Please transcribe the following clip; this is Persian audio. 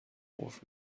قفل